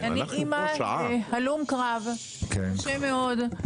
אני אמא להלום קרב קשה מאוד.